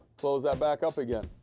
close that back up again.